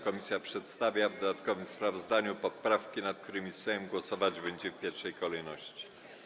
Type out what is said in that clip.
Komisja przedstawia w dodatkowym sprawozdaniu poprawki, nad którymi Sejm głosować będzie w pierwszej kolejności.